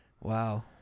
Wow